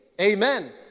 amen